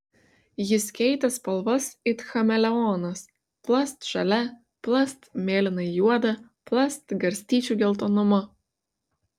jis keitė spalvas it chameleonas plast žalia plast mėlynai juoda plast garstyčių geltonumo